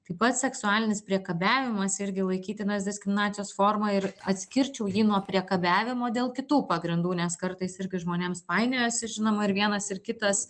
taip pat seksualinis priekabiavimas irgi laikytinas diskriminacijos forma ir atskirčiau jį nuo priekabiavimo dėl kitų pagrindų nes kartais irgi žmonėms painiojasi žinoma ir vienas ir kitas